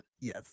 Yes